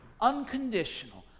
unconditional